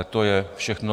To je všechno.